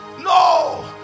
No